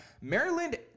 Maryland